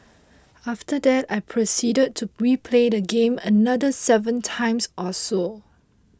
after that I proceeded to replay the game another seven times or so